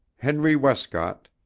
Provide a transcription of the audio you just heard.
henry westcott,